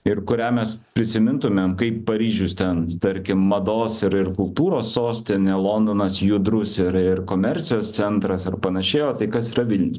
ir kurią mes prisimintumėm kaip paryžius ten tarkim mados ir ir kultūros sostinė londonas judrus ir ir komercijos centras ar panašiai o tai kas yra vilnius